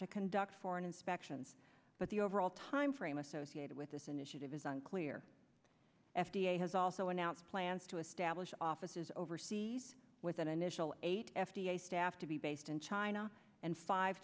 to conduct foreign inspections but the overall timeframe associated with this initiative is unclear f d a has also announced plans to establish offices overseas with an initial eight f d a staff to be based in china and five